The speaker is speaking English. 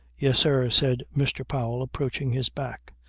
yes, sir, said mr. powell approaching his back.